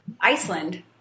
iceland